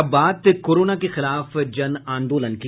और अब बात कोरोना के खिलाफ जनआंदोलन की